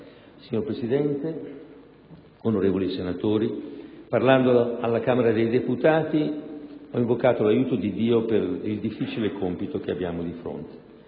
Signor Presidente, onorevoli senatori, parlando alla Camera dei deputati ho invocato l'aiuto di Dio per il difficile compito che abbiamo di fronte.